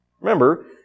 Remember